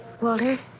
Walter